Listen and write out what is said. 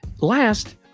Last